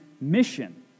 mission